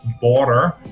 border